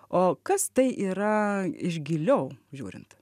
o kas tai yra iš giliau žiūrint